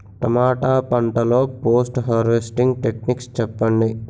టమాటా పంట లొ post harvesting techniques చెప్పండి?